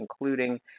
including